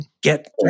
Get